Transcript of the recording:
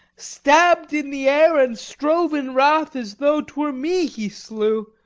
stabbed in the air, and strove in wrath, as though twere me he slew.